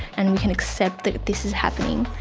and we can accept that this is happening,